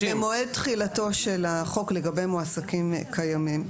כי במועד תחילתו של החוק לגבי מועסקים קיימים,